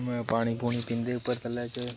पानी पूनी पींदे उप्पर थल्लै